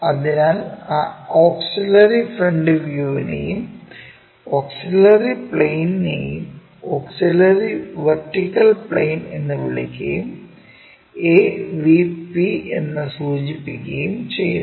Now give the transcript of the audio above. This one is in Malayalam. അതിനാൽ ആ ഓക്സിലറി ഫ്രണ്ട് വ്യൂവിനേയും ഓക്സിലറി പ്ലെയിനേയും ഓക്സിലറി വെർട്ടിക്കൽ പ്ലെയിൻ എന്ന് വിളിക്കുകയും AVP എന്ന് സൂചിപ്പിക്കുകയും ചെയ്യുന്നു